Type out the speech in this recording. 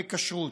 בכשרות.